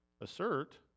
assert